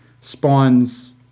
spawns